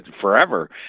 forever